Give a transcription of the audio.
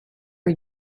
are